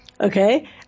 Okay